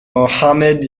mohammad